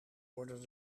worden